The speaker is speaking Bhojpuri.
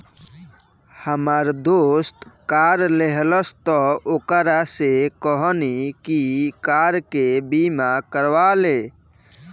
हामार दोस्त कार लेहलस त ओकरा से बोलनी की कार के बीमा करवा ले